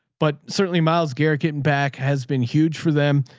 but certainly myles garrett getting back has been huge for them.